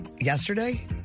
Yesterday